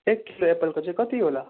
एक किलो एप्पलको चाहिँ कति होला